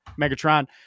Megatron